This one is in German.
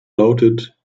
lautet